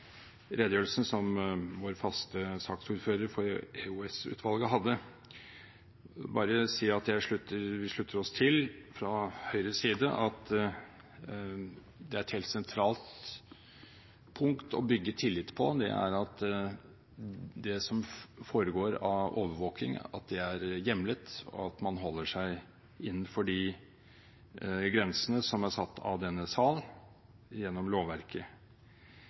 redegjørelsen som vår faste saksordfører for EOS-utvalget hadde, og vil bare si at vi slutter oss til fra Høyres side at et helt sentralt punkt å bygge tillit på, er at det som foregår av overvåkning, er hjemlet, og at man holder seg innenfor de grensene som er satt av denne sal gjennom lovverket.